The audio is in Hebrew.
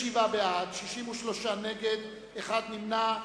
27 בעד, 63 נגד, אחד נמנע.